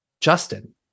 Justin